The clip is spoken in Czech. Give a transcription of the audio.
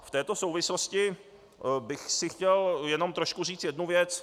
V této souvislosti bych si chtěl jenom trošku říci jednu věc.